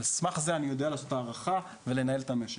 על סמך זה אני יודע לעשות את הערכה ולנהל את המשק.